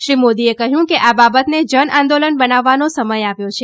શ્રી મોદીએ કહ્યું કે આ બાબતને જનઆંદોલન બનાવવાનો સમય આવ્યો છે